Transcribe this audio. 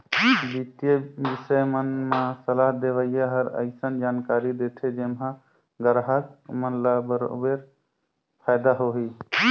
बित्तीय बिसय मन म सलाह देवइया हर अइसन जानकारी देथे जेम्हा गराहक मन ल बरोबर फायदा होही